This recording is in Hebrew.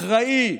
אחראי,